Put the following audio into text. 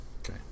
okay